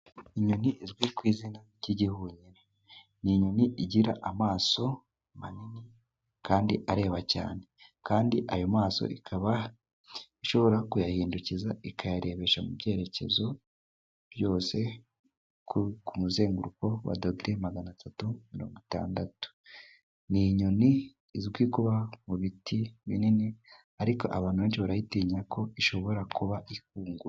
Inyoni izwi ku izina ry'igihunyi, ni inyoni igira amaso manini kandi areba cyane. Kandi ayo maso ikaba ishobora kuyahindukiza ikayarebesha mu byerekezo byose, ku muzenguruko wa dogere magana atatu mirongo itandatu. Ni inyoni izwi kuba mu biti binini, ariko abantu benshi barayitinya kuko ishobora kuba ikungura.